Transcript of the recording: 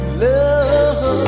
love